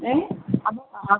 ഏഹ് അത് ആ